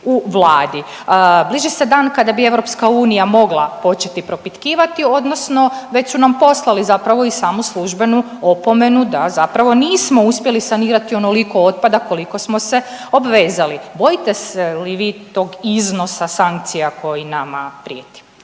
u Vladi. Bliži se dan kada bi EU mogla početi propitkivati odnosno već su nam poslali zapravo i samu službenu opomenu da zapravo nismo uspjeli sanirati onoliko otpada koliko smo se obvezali. Bojite se li vi tog iznosa sankcija koji nama prijeti?